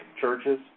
churches